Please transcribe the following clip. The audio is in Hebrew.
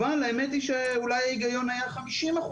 אבל האמת היא שאולי ההיגיון היה 50%,